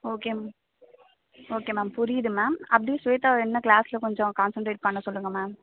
okay ma'am okay ma'am புரியுது ma'am அப்படி ஸ்வேதாவை என்ன கிளாஸில் கொஞ்சம் கான்செண்ட்ரேட் பண்ண சொல்லுங்கள் மேம்